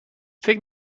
فکر